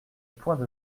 points